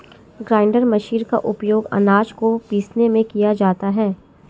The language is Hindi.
ग्राइण्डर मशीर का उपयोग आनाज को पीसने में किया जाता है